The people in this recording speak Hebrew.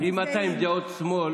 אם אתה עם דעות שמאל,